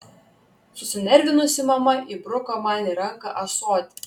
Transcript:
susinervinusi mama įbruko man į ranką ąsotį